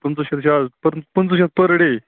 پٕنٛژٕہ شیٚتھ چھِ آز پٕنٛژٕہ شیٚتھ پٔر ڈے